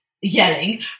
yelling